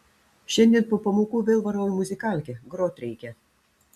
šiandien po pamokų vėl varau į muzikalkę grot reikia